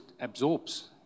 absorbs